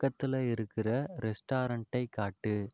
பக்கத்தில் இருக்கிற ரெஸ்டாரண்ட்டை காட்டு